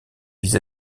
vis